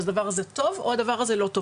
שהדבר הזה טוב או שהדבר הזה לא טוב.